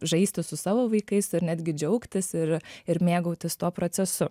žaisti su savo vaikais ir netgi džiaugtis ir ir mėgautis tuo procesu